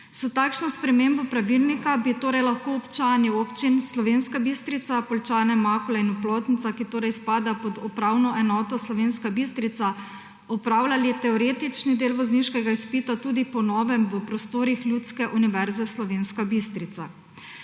S takšno spremembo pravilnika bi torej lahko občani občin Slovenska Bistrica, Poljčane, Makole in Oplotnica, ki torej spadajo pod Upravno enoto Slovenska Bistrica, po novem opravljali teoretični del vozniškega izpita tudi v prostorih Ljudske univerze Slovenska Bistrica.